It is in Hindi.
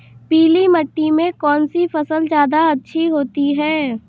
पीली मिट्टी में कौन सी फसल ज्यादा अच्छी होती है?